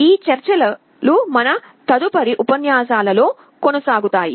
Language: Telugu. ఈ చర్చ లు మన తదుపరి ఉపన్యాసాలలో కొనసాగుతాయి